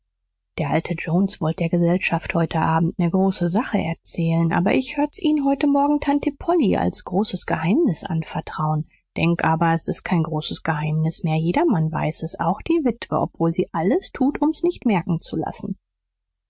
der alte jones wollt der gesellschaft heut abend ne große sache erzählen aber ich hört s ihn heut morgen tante polly als großes geheimnis anvertraun denk aber s ist kein großes geheimnis mehr jedermann weiß es auch die witwe obwohl sie alles tut um s nicht merken zu lassen